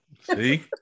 see